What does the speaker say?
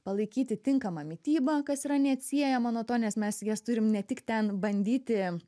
palaikyti tinkamą mitybą kas yra neatsiejama nuo to nes mes jas turim ne tik ten bandyti